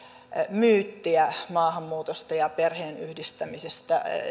myyttiin maahanmuutosta ja perheenyhdistämisestä